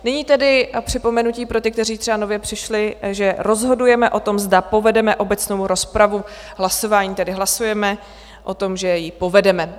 Nyní tedy připomenutí pro ty, kteří třeba nově přišli, že rozhodujeme o tom, zda povedeme obecnou rozpravu, hlasováním, tedy hlasujeme o tom, že ji povedeme.